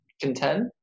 contend